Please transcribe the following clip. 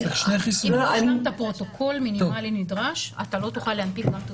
ללא פרוטוקול מינימאלי נדרש, אתה לא תוכל להנפיק.